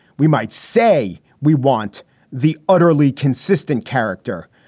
we might say we want the utterly consistent character.